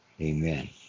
Amen